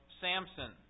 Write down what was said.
Samson